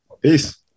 Peace